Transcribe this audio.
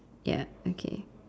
ya okay